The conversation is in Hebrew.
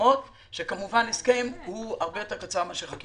המפורסמות שהסכם הוא הרבה יותר קצר מאשר חקיקה.